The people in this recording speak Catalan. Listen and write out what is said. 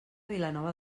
vilanova